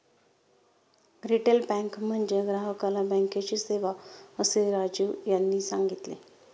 retail bank म्हणजे ग्राहकाला बँकेची सेवा, असे राजीव यांनी सांगितले